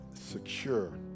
Secure